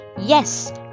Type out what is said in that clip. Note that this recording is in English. Yes